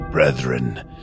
Brethren